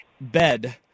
bed